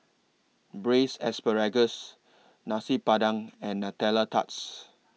Braised Asparagus Nasi Padang and Nutella Tarts